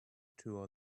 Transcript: two